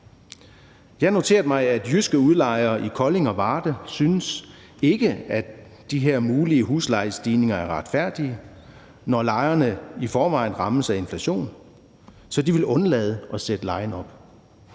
har noteret mig, at jyske udlejere i Kolding og Varde ikke synes, at de her mulige huslejestigninger er retfærdige, når lejerne i forvejen rammes af inflation, så de vil undlade at sætte lejen op.